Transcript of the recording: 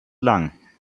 lang